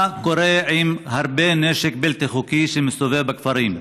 מה קורה עם הרבה נשק בלתי חוקי שמסתובב בכפרים?